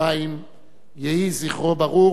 יהי זכרו ברוך ותהי נשמתו